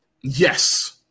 Yes